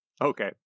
Okay